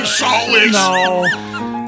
No